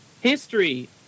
History